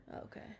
Okay